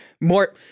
More